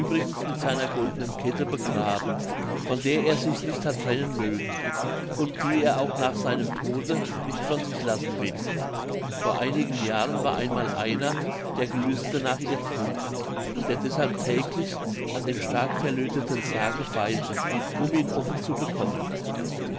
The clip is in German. mit seiner goldenen kette begraben von der er sich nicht hat trennen mögen und die er auch nach seinem tode nicht von sich lassen will vor einigen jahren war einmal einer der gelüste nach ihr trug und der deshalb täglich an dem stark verlötheten sarge feilte um ihn offen zu bekommen